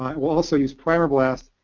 we'll also use primer-blast.